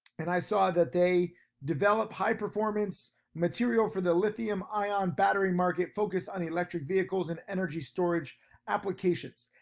and i saw that they develop high performance material for the lithium ion battery market focus on electric vehicles and energy storage applications,